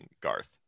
Garth